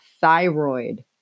thyroid